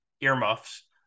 earmuffs